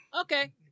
okay